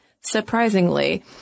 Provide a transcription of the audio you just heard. surprisingly